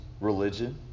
religion